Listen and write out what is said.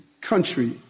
country